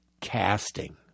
casting